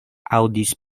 aŭdis